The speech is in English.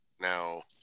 Now